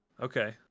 Okay